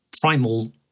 primal